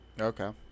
Okay